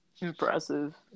Impressive